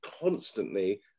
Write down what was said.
constantly